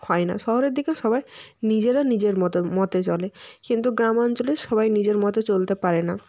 হয় না শহরের দিকে সবাই নিজেরা নিজের মতন মতে চলে কিন্তু গ্রাম অঞ্চলে সবাই নিজের মতে চলতে পারে না